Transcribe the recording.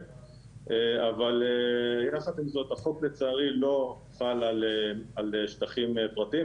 יחד עם זאת, החוק לא חל על שטחים פרטיים.